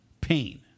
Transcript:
pain